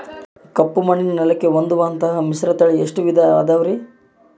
ಕಪ್ಪುಮಣ್ಣಿನ ನೆಲಕ್ಕೆ ಹೊಂದುವಂಥ ಮಿಶ್ರತಳಿ ಎಷ್ಟು ವಿಧ ಅದವರಿ?